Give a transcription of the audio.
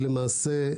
למעשה,